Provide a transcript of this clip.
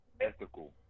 ethical